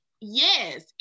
yes